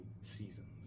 seasons